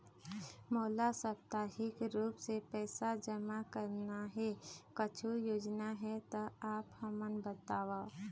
मोला साप्ताहिक रूप से पैसा जमा करना हे, कुछू योजना हे त आप हमन बताव?